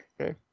okay